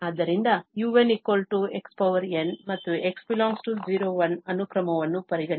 ಆದ್ದರಿಂದ un xn ಮತ್ತು x ∈ 01 ಅನುಕ್ರಮವನ್ನು ಪರಿಗಣಿಸಿ